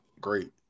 Great